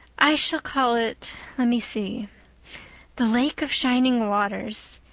i shall call it let me see the lake of shining waters.